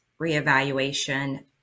reevaluation